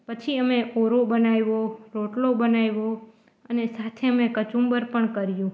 પછી અમે ઓરો બનાવ્યો રોટલો બનાવ્યો અને સાથે મેં કચુંબર પણ કર્યું